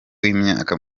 w’imyaka